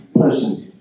person